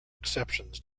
exceptions